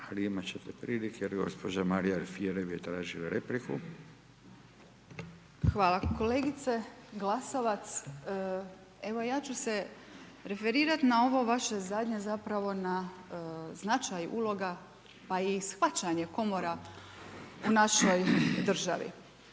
Alfirev je tražila repliku. **Alfirev, Marija (SDP)** Hvala. Kolegice Glasovac, evo ja ću se referirati na ovo vaše zadnje zapravo na značaj uloga pa i shvaćanje komora u našoj državi.